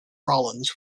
rollins